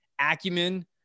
acumen